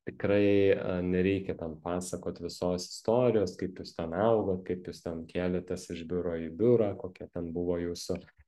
tikrai nereikia ten pasakot visos istorijos kaip jūs ten augot kaip jūs ten kėlėtės iš biuro į biurą kokie ten buvo jūsų